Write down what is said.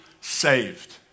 saved